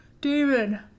David